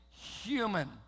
human